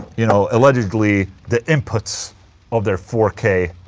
you know, allegedly the inputs of their four k.